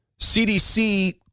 CDC